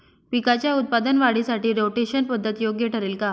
पिकाच्या उत्पादन वाढीसाठी रोटेशन पद्धत योग्य ठरेल का?